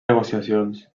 negociacions